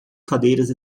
cadeiras